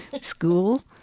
School